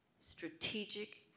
strategic